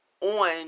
on